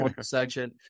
section